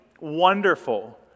wonderful